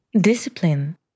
Discipline